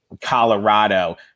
Colorado